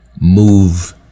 move